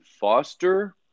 foster